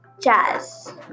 jazz